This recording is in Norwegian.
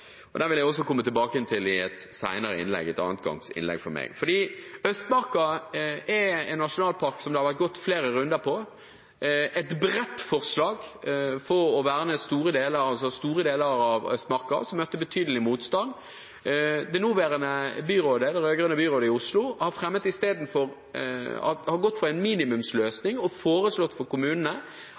og den vil jeg også komme tilbake til i et senere innlegg, et annengangsinnlegg fra meg. Østmarka er en nasjonalpark som det har vært gått flere runder på. Et bredt forslag om å verne store deler av Østmarka møtte betydelig motstand. Det nåværende byrådet i Oslo – det rød-grønne – har i stedet gått for en minimumsløsning og foreslått for kommunene